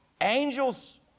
angels